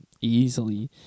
easily